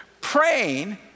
praying